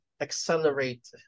accelerate